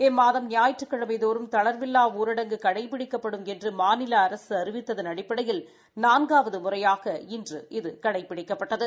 இம்மாதம் ஞாயிற்றுக்கிழமைதோறும் தளா்வில்லா ஊரடங்கு கடைபிடிக்கப்படும் என்று மாநில அரசு அறிவித்ததள் அடிப்படையில் நான்காவது முறையாக இன்று கடைபிடிக்கப்பட்டது